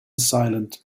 silent